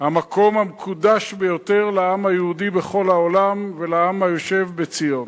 המקום המקודש ביותר לעם היהודי בכל העולם ולעם היושב בציון.